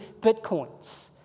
bitcoins